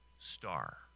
star